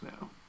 now